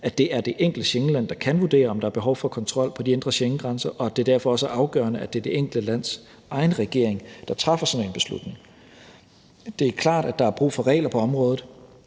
at det er det enkelte Schengenland, der kan vurdere, om der er behov for kontrol på de indre Schengengrænser, og at det derfor også er afgørende, at det er det enkelte lands egen regering, der træffer sådan en beslutning. Det er klart, at der er brug for regler på området,